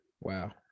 Wow